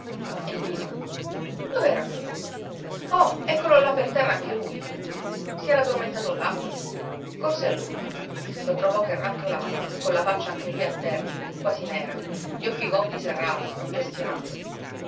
e nino dov'era nino oh eccolo là per terra anche lui si era addormentato là corse a lui lo trovò che rantolava con la faccia anche lui a terra quasi nera gli occhi gonfi serrati congestionato